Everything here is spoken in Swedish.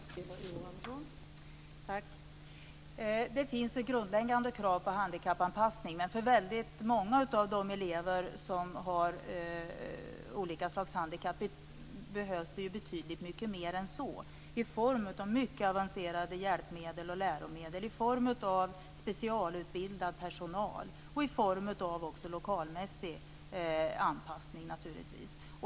Fru talman! Det finns ett grundläggande krav på handikappanpassning men för väldigt många av de elever som har olika slag av handikapp behövs det betydligt mycket mer än så - i form av mycket avancerade hjälpmedel och läromedel, i form av specialutbildad personal och, naturligtvis, i form av lokalmässig anpassning.